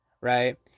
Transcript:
Right